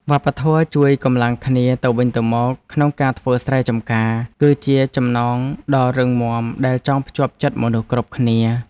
វប្បធម៌ជួយកម្លាំងគ្នាទៅវិញទៅមកក្នុងការធ្វើស្រែចម្ការ គឺជាចំណងដ៏រឹងមាំដែលចងភ្ជាប់ចិត្តមនុស្សគ្រប់គ្នា។